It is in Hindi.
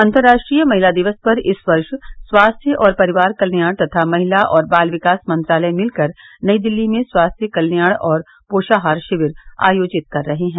अंतर्राष्ट्रीय महिला दिवस पर इस वर्ष स्वास्थ्य और परिवार कल्याण तथा महिला और बाल विकास मंत्रालय मिलकर नई दिल्ली में स्वास्थ्य कल्याण और पोषाहार शिविर आयोजित कर रहे हैं